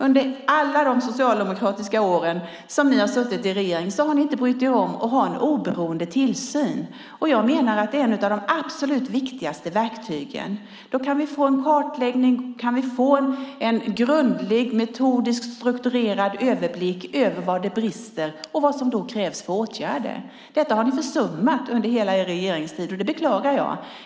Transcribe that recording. Under alla de år då ni socialdemokrater har suttit i regering har ni inte brytt er om att ha en oberoende tillsyn. Jag menar att detta är ett av de absolut viktigaste verktygen. Då kan vi få en kartläggning och en grundlig och metodiskt strukturerad överblick över var det brister och vad det då krävs för åtgärder. Detta har ni försummat under hela er regeringstid, och det beklagar jag.